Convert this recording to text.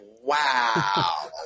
Wow